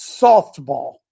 softball